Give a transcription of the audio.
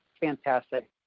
fantastic